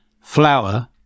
flour